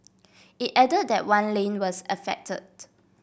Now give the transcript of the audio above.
it add that one lane was affected